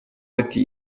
ati